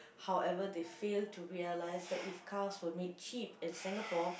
however they fail to realize that if car's permit is cheap in Singapore